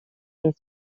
est